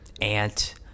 aunt